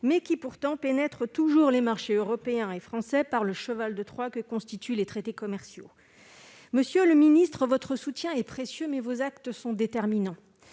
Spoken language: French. mais qui pénètrent toujours plus les marchés européen et français par le cheval de Troie que constituent les traités commerciaux. Monsieur le ministre, votre soutien est précieux, mais vos actes sont déterminants.